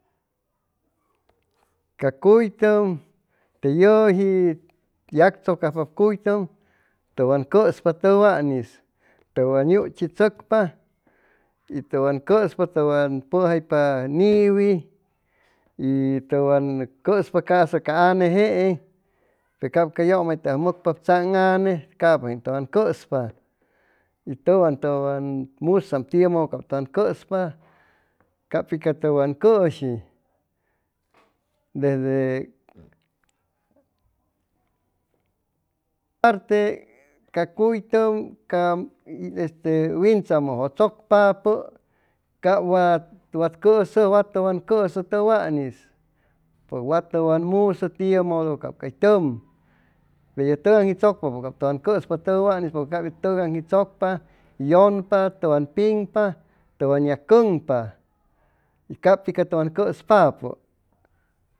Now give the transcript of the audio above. Ca cuy'tum te yuji yactsucujpa cuy'tum tuwan cuspa tuwan'is tuwan lluchi tsucpa y tuwan cuspa tuwan pajaypa niwi y tuwan cuspa casa ca ane je'en pe cab ca llumaytug mucpa tsag ane capu jey tuwan cuspa tuwan musaam tiu mudu tuwan cuspa capu cs tuwuan cushu ca cuy'tum wintsamu tsucpapu ca wat cusuj wa tu wan cusu tu wani pues wa tuwan musu tiu mdu ca cay tum peye tuganji tsucpa cab cuspa tu wan'is pus que cab ye tug'anji tsucpa yunpa tuwan pin´pa tuwan ya cug'pa capu y tuwan cuspapu